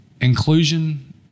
inclusion